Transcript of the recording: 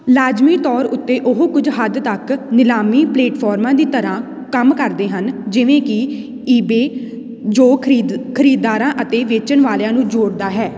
ਲਾਜ਼ਮੀ ਤੌਰ ਉੱਤੇ ਉਹ ਕੁੱਝ ਹੱਦ ਤੱਕ ਨਿਲਾਮੀ ਪਲੇਟਫੋਰਮਾਂ ਦੀ ਤਰ੍ਹਾਂ ਕੰਮ ਕਰਦੇ ਹਨ ਜਿਵੇਂ ਕਿ ਈਬੇ ਜੋ ਖਰੀਦ ਖਰੀਦਦਾਰਾਂ ਅਤੇ ਵੇਚਣ ਵਾਲਿਆਂ ਨੂੰ ਜੋੜਦਾ ਹੈ